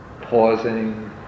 pausing